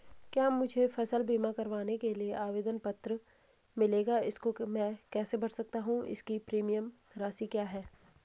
क्या मुझे फसल बीमा करवाने के लिए आवेदन पत्र मिलेगा इसको मैं कैसे भर सकता हूँ इसकी प्रीमियम राशि क्या है?